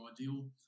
ideal